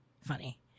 funny